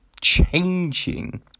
changing